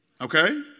Okay